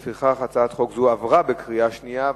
לפיכך, הצעת חוק זו עברה בקריאה שנייה.